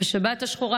בשבת השחורה,